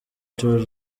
tour